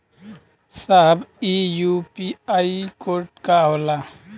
साहब इ UPI code का होला?